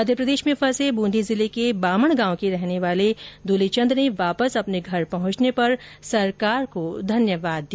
मध्यप्रदेश में फंसे बूंदी जिले के बामण गांव के रहने वाले दूलीचन्द ने वापस अपने घर पहुंचने पर सरकार का धन्यवाद किया